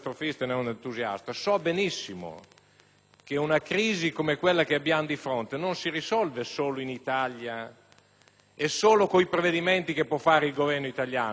che una crisi come quella che abbiamo dinanzi non si risolve solo in Italia e solo con i provvedimenti che può porre in essere il Governo italiano: è una crisi globale, mondiale,